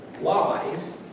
lies